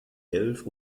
elf